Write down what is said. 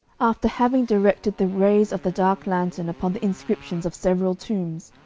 after having directed the rays of the dark lantern upon the inscriptions of several tombs,